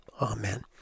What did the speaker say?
amen